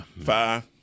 Five